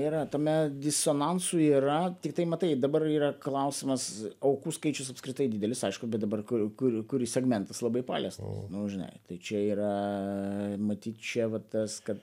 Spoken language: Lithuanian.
yra tame disonansų yra tiktai matai dabar yra klausimas aukų skaičius apskritai didelis aišku bet dabar kur kur kuris segmentas labai paliestas nu žinai tai čia yra matyt čia va tas kad